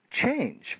change